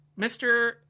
Mr